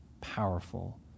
powerful